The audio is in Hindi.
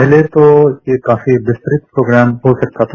पहले तो यह काफी विस्तृत प्रोग्राम हो सकता था